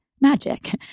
magic